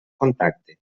contacte